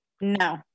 No